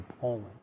Poland